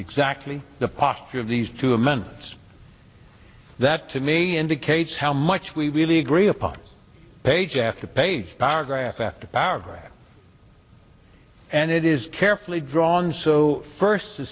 exactly the posture of these two amendments that to me indicates how much we really agree upon page after page paragraph after paragraph and it is carefully drawn so first the